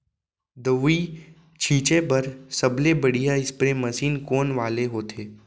दवई छिंचे बर सबले बढ़िया स्प्रे मशीन कोन वाले होथे?